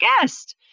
guest